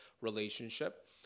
relationship